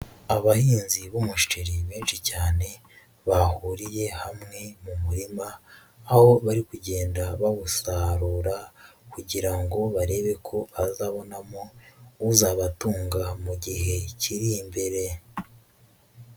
Abahinzi b'umuceri benshi cyane bahuriye hamwe mu murima, aho bari kugenda bawusarura kugira ngo barebe ko bazabonamo uzabatunga mu gihe kiri imbere.